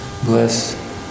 Bless